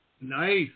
Nice